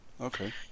Okay